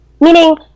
meaning